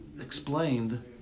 explained